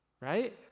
Right